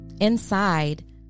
Inside